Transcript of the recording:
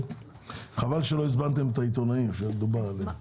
חבל שלא הזמנתם את העיתונאים שהיה מדובר עליהם.